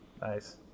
Nice